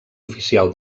oficial